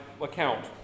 account